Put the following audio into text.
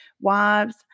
wives